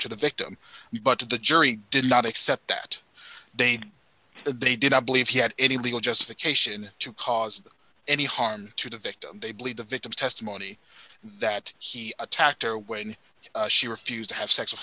to the victim you but to the jury did not accept that data they did not believe he had any legal justification to cause any harm to the victim they believe the victim's testimony that he attacked her when she refused to have sex with